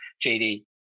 JD